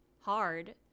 hard